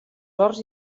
horts